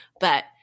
but-